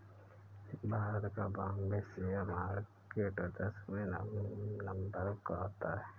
भारत का Bombay share market दसवें number पर आता है